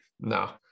No